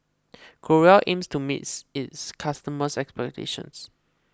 Growell aims to meet its customers' expectations